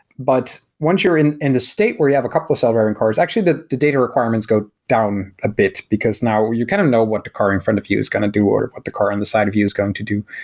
but once you're in and the state where you have a couple of self-driving cars, actually the the data requirements go down a bit because now you kind of know what the car in front of you is going to do or what the car on the side of you is going to do.